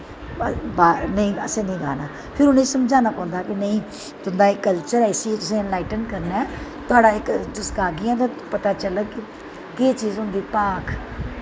नेईं असें नेई गाना फिर उ'नें गी समझाना पौंदा हा कि नेईं तुंदा एह् कल्चर ऐ तुसें इस्सी इंलाइटन करना ऐ तुस गागियां ते पता चलग केह् चीज होंदी ऐ भाख कि'यां गांदे न उस्सी